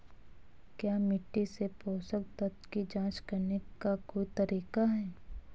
क्या मिट्टी से पोषक तत्व की जांच करने का कोई तरीका है?